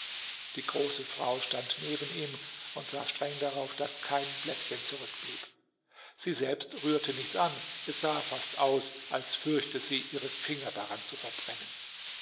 die große frau stand neben ihm und sah streng darauf daß kein blättchen zurückblieb sie selbst rührte nichts an es sah fast aus als fürchte sie ihre finger daran zu verbrennen